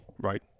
right